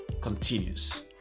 continues